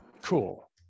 Cool